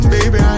Baby